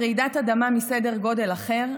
לרעידת אדמה מסדר גודל אחר,